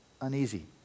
uneasy